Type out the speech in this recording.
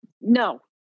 No